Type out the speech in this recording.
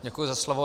Děkuji za slovo.